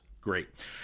great